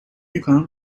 میکنم